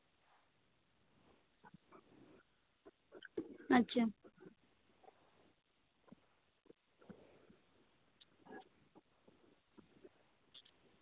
ᱟᱪᱪᱷᱟ